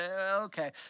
Okay